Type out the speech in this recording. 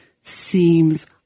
seems